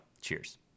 Cheers